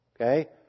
Okay